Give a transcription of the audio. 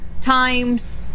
Times